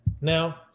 Now